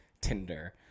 Tinder